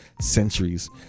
centuries